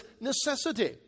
necessity